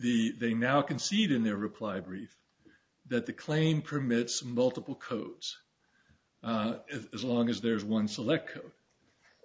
the they now concede in their reply brief that the claim permits multiple codes as long as there is one selector